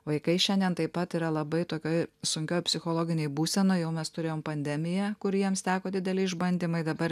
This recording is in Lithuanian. vaikai šiandien taip pat yra labai tokioj sunkioj psichologinėj būsenoj jau mes turėjom pandemiją kur jiems teko dideli išbandymai dabar